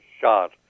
shot